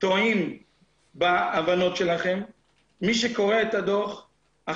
טועים בהבנות שלכם את הדוח.